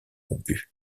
rompus